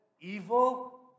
evil